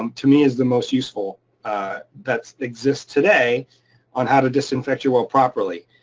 um to me is the most useful that exists today on how to disinfect your well properly,